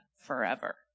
forever